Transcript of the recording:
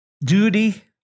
duty